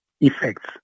effects